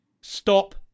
stop